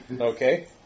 Okay